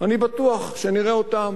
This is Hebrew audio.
אני בטוח שנראה אותם